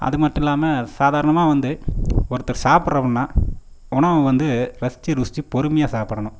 அது மட்டும் இல்லாமல் சாதாரணமாக வந்து ஒருத்தர் சாப்பிட்றமுனா உணவு வந்து ரசித்து ருசித்து பொறுமையாக சாப்பிடணும்